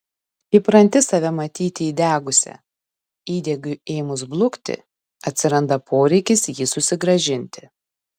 įpranti save matyti įdegusia įdegiui ėmus blukti atsiranda poreikis jį susigrąžinti